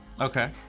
Okay